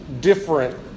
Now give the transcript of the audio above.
different